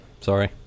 Sorry